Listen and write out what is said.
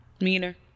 meaner